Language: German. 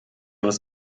was